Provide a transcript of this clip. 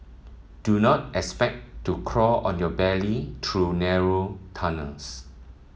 do not expect to crawl on your belly through narrow tunnels